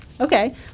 Okay